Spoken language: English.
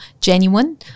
genuine